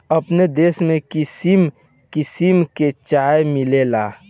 अपनी देश में किसिम किसिम के चाय मिलेला